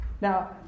now